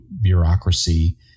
bureaucracy